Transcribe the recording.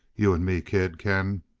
you and me, kid, can